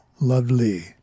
Lovely